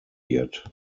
yet